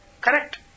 correct